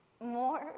more